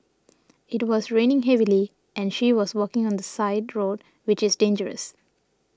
it was raining heavily and she was walking on the side road which is dangerous